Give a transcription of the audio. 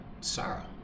sorrow